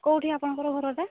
କେଉଁଠି ଆପଣଙ୍କର ଘରଟା